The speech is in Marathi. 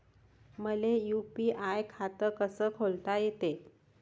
मले यू.पी.आय खातं कस खोलता येते?